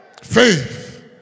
Faith